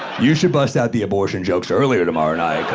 you should bust out the abortion jokes earlier tomorrow night cause